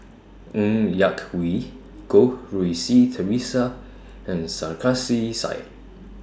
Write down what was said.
Ng Yak Whee Goh Rui Si Theresa and Sarkasi Said